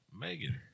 Megan